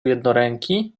jednoręki